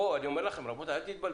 רבותי, אל תתבלבלו,